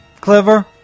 Clever